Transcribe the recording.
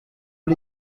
aux